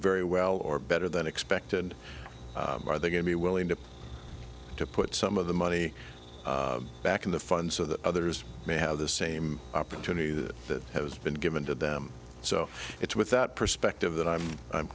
very well or better than expected and are they going to be willing to pay to put some of the money back in the fund so that others may have the same opportunity that that has been given to them so it's with that perspective that i'm i'm